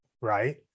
Right